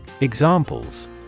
Examples